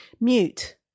mute